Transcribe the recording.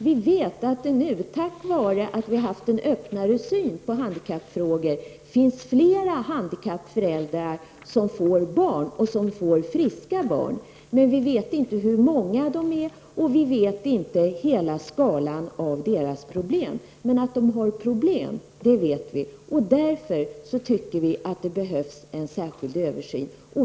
Vi vet att det tack vare att vi nu fått en öppnare syn på handikappfrågor finns fler handikappade som får barn, och de får friska barn. Men vi vet inte hur många dessa föräldrar är och vi känner inte till hela skalan av deras problem. Men att de har problem, det vet vi. Det är därför som det behövs en särskild översyn.